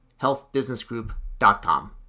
healthbusinessgroup.com